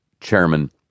Chairman